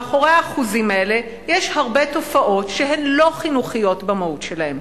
מאחורי האחוזים האלה יש הרבה תופעות שהן לא חינוכיות במהות שלהן,